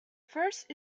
first